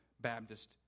baptist